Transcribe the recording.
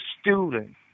student